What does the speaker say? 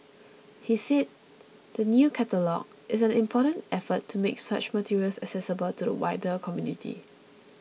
he said the new catalogue is an important effort to make such materials accessible to the wider community